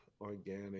organic